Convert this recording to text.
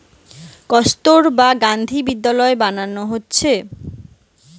কস্তুরবা গান্ধী বিদ্যালয় বানানা হচ্ছে